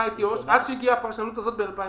את יו"ש עד שהגיעה הפרשנות הזאת ב-2017.